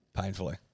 Painfully